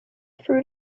fruit